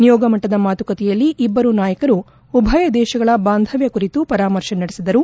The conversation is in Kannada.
ನಿಯೋಗ ಮಟ್ಟದ ಮಾತುಕತೆಯಲ್ಲಿ ಇಬ್ಲರು ನಾಯಕರು ಉಭಯ ದೇಶಗಳ ಬಾಂಧವ್ಲ ಕುರಿತು ಪರಾಮರ್ಶೆ ನಡೆಸಿದರು